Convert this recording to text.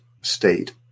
state